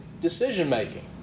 decision-making